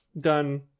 done